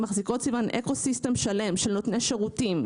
מחזיקות אקו-סיסטם שלם של נותני שירותים,